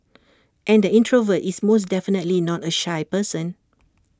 and the introvert is most definitely not A shy person